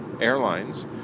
airlines